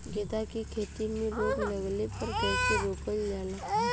गेंदा की खेती में रोग लगने पर कैसे रोकल जाला?